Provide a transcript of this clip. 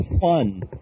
fun